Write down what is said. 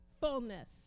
fullness